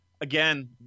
again